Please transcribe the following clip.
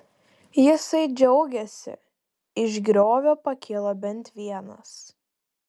jisai džiaugėsi iš griovio pakilo bent vienas